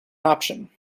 option